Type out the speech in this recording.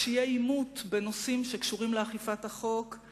כשיהיה עימות בנושאים שקשורים לאכיפת החוק,